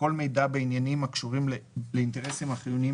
כל מידע בעניינים הקשורים לאינטרסים החיוניים